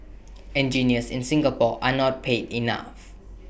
engineers in Singapore are not paid enough